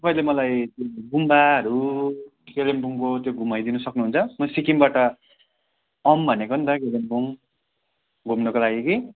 तपाईँले मलाई गुम्बाहरू कालिम्पोङको त्यो घुमाइदिनु सक्नुहुन्छ म सिक्किमबाट आऊँ भनेको नि त कालिम्पोङ घुम्नको लागि कि